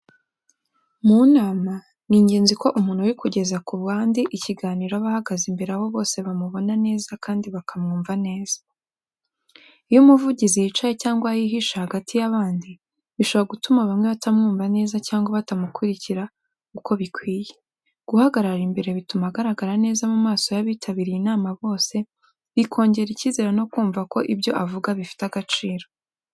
Mu nama, ni ingenzi ko umuntu uri kugeza ku bandi ikiganiro aba ahagaze imbere aho bose bamubona neza kandi bakamwumva neza. Iyo umuvugizi yicaye cyangwa yihishe hagati y'abandi, bishobora gutuma bamwe batamwumva neza cyangwa batamukurikira uko bikwiye. Guhagarara imbere bituma agaragara neza mu maso y’abitabiriye inama bose, bikongera icyizere no kumva ko ibyo avuga bifite agaciro.